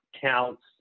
counts